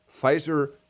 Pfizer